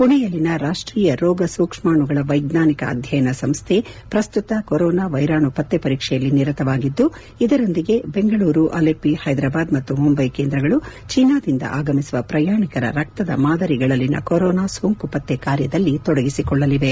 ಪುಣೆಯಲ್ಲಿನ ರಾಷ್ಟೀಯ ರೋಗಸೂಕ್ಷ್ಮಾಣುಗಳ ವೈಜ್ಞಾನಿಕ ಅಧ್ಯಯನ ಸಂಸ್ಥೆ ಪ್ರಸ್ತುತ ಕೊರೊನಾ ವೈರಾಣು ಪತ್ತೆ ಪರೀಕ್ಷೆಯಲ್ಲಿ ನಿರತವಾಗಿದ್ದು ಇದರೊಂದಿಗೆ ಬೆಂಗಳೂರು ಅಲೆಪ್ಪಿ ಹೈದರಾಬಾದ್ ಮತ್ತು ಮುಂಬೈ ಕೇಂದ್ರಗಳು ಚೀನಾದಿಂದ ಆಗಮಿಸುವ ಪ್ರಯಾಣಿಕರ ರಕ್ತದ ಮಾದರಿಗಳಲ್ಲಿನ ಕೊರೊನಾ ಸೋಂಕು ಪತ್ತೆ ಕಾರ್ಯದಲ್ಲಿ ತೊಡಗಿಸಿಕೊಳ್ಳಲಿವೆ